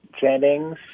Jennings